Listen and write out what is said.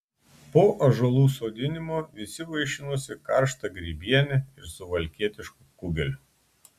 po ąžuolų sodinimo visi vaišinosi karšta grybiene ir suvalkietišku kugeliu